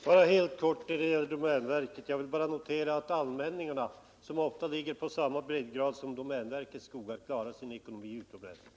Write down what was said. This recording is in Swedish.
Herr talman! När det gäller domänverket vill jag bara helt kort notera att allmänningarna, som ofta ligger på samma breddgrad som domänverkets skogar, klarar sig ekonomiskt utomordentligt bra.